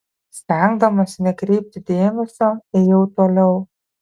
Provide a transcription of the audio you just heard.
stengdamasi nekreipti dėmesio ėjau toliau